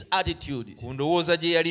attitude